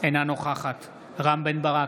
אינה נוכחת רם בן ברק,